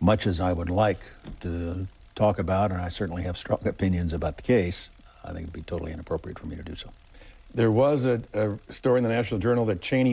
much as i would like to talk about and i certainly have struck opinions about the case i think be totally inappropriate for me to do so there was a store in the national journal that cheney